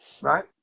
Right